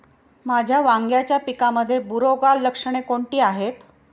माझ्या वांग्याच्या पिकामध्ये बुरोगाल लक्षणे कोणती आहेत?